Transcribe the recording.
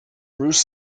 bruce